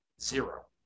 Zero